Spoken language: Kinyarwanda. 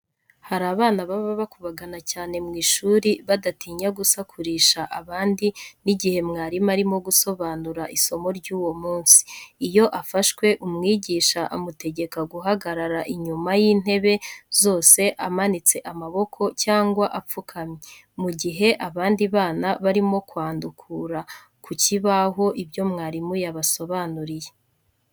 Hari abana baba bakubagana cyane mu ishuri, badatinya gusakurisha abandi n'igihe mwarimu arimo gusobanura isomo ry'uwo munsi; iyo afashwe umwigisha amutegeka guhagarara inyuma y'intebe zose amanitse amaboko cyangwa apfukamye, mu gihe abandi bana barimo kwandukura ku kibaho, ibyo mwarimu yabasobanuriye.